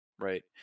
Right